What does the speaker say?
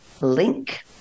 link